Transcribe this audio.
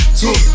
two